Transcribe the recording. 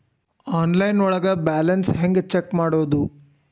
Online ಒಳಗೆ balance ಹ್ಯಾಂಗ check ಮಾಡೋದು?